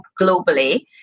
globally